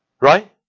Right